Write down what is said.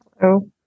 Hello